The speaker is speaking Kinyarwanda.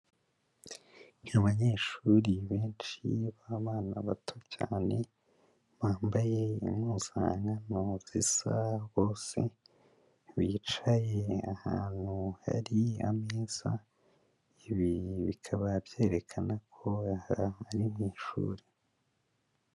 Abanyeshuri benshi b'abana bato cyane, bambaye impuzankano zisa bose, bicaye ahantu hari ameza, ibi bikaba byerekana ko aha ari mw'ishuri.